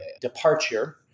departure